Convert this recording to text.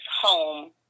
home